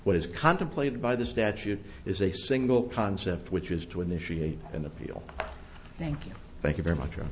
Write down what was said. is contemplated by the statute is a single concept which is to initiate an appeal thank you thank you very much or